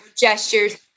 gestures